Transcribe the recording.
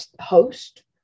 host